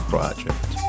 Project